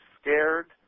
scared